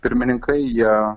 pirmininkai jie